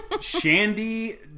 Shandy